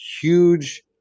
huge